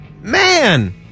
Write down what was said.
Man